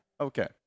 okay